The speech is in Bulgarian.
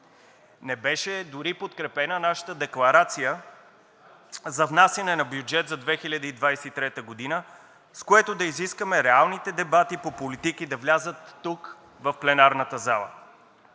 Не беше дори подкрепена нашата декларация за внасяне на бюджет за 2023 г., с което да изискаме реалните дебати по политики да влязат тук в пленарната зала.